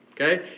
Okay